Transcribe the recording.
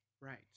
Right